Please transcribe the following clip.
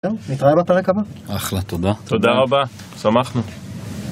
נתראה בפרק הבא. אחלה, תודה. תודה רבה. שמחנו.